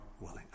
willing